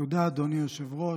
תודה, אדוני היושב-ראש.